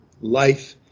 life